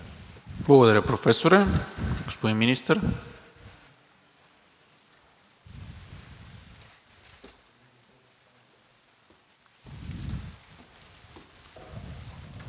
Благодаря, Професоре. Господин Министър.